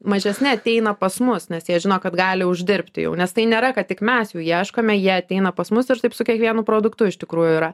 mažesni ateina pas mus nes jie žino kad gali uždirbti jau nes tai nėra kad tik mes jų ieškome jie ateina pas mus ir taip su kiekvienu produktu iš tikrųjų yra